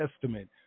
Testament